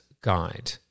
guide